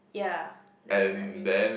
ya definitely